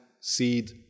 seed